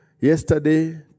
yesterday